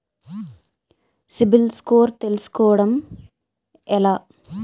CIBIL score తెల్సుకోటం ఎలా?